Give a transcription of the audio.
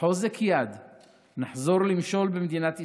בחוזק יד נחזור למשול במדינת ישראל.